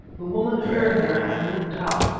the woman heard her and looked up.